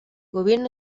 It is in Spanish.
gobierno